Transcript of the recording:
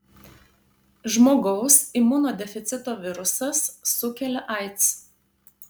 žmogaus imunodeficito virusas sukelia aids